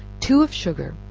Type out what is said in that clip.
two of sugar,